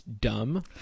dumb